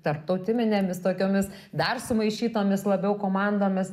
tarptautiminėmis tokiomis dar sumaišytomis labiau komandomis